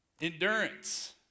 Endurance